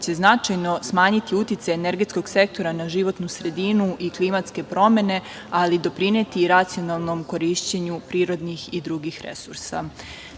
će značajno smanjiti uticaj energetskog sektora na životnu sredinu i klimatske promene, ali i doprineti i racionalnom korišćenju prirodnih i drugih resursa.